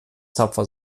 tapfer